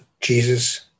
Jesus